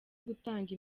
gutanga